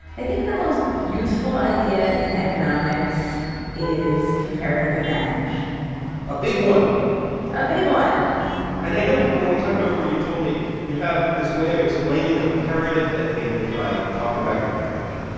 i think the most useful idea in economics is comparative advantage a big one a big one and i know when we talked before, you told me you have this way of explaining comparative advantage by talking about your marriage.